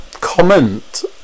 comment